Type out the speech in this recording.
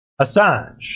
Assange